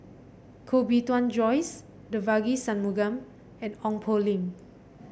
Koh Bee Tuan Joyce Devagi Sanmugam and Ong Poh Lim